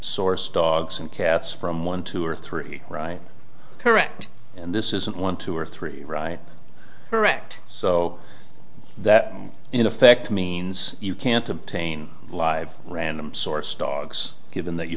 source dogs and cats from one two or three right correct and this isn't one two or three right correct so that in effect means you can't obtain a live random source dogs given that you